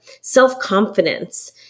self-confidence